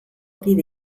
kide